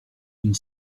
une